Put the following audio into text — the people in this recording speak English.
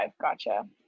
gotcha